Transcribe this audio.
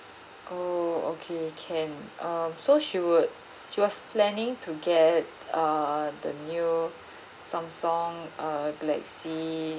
oh okay can uh so she would she was planning to get uh the new samsung uh galaxy